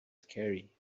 scary